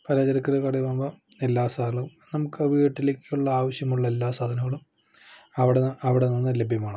പലചരക്ക് കടയാകുമ്പോൾ എല്ലാ സാധനവും നമുക്ക് വീട്ടിലേക്കുള്ള ആവശ്യമുള്ള എല്ലാ സാധനങ്ങളും അവിടെ നിന്ന് അവിടെ നിന്ന് ലഭ്യമാണ്